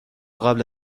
قبل